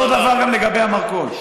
אותו דבר גם לגבי המרכול.